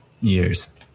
years